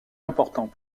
important